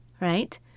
right